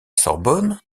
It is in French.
sorbonne